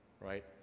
right